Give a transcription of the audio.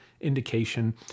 indication